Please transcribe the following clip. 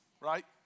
right